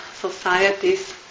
societies